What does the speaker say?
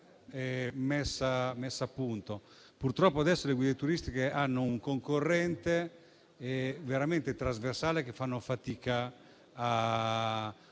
messa a punto. Purtroppo oggi le guide turistiche hanno un concorrente veramente trasversale, con il quale fanno fatica a